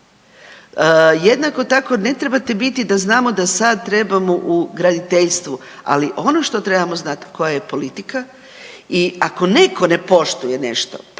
Jednako tako ne trebate biti da znamo da sad trebamo u graditeljstvu, ali ono što trebamo znat koja je politika i ako netko ne poštuje nešto, pa ajmo